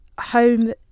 home